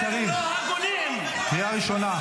חבר הכנסת גלעד קריב, קריאה ראשונה.